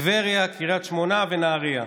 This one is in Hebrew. טבריה, קריית שמונה ונהריה.